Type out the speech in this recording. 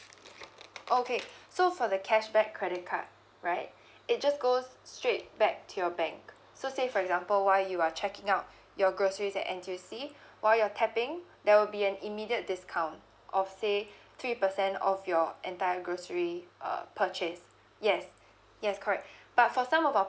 okay so for the cashback credit card right it just goes straight back to your bank so say for example while you are checking out your groceries at N_T_U_C while you're tapping there will be an immediate discount of say three percent of your entire grocery uh purchase yes yes correct but for some of our